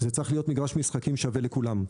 זה צריך להיות מגרש משחקים שווה לכולם.